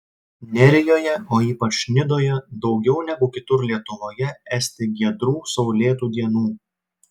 nerijoje o ypač nidoje daugiau negu kitur lietuvoje esti giedrų saulėtų dienų